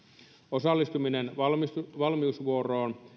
osallistuminen valmiusvuoroon ja